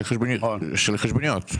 של החשבוניות.